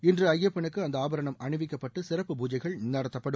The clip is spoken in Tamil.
இன்று ஐயப்பனுக்கு அந்த ஆபாரணம் அணிவிக்கப்பட்டு சிறப்பு பூஜைகள் நடத்தப்படும்